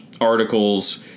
Articles